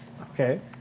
Okay